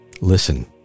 Listen